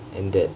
and that